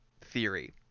theory